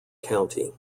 county